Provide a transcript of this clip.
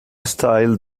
style